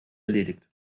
erledigt